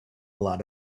lot